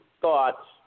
thoughts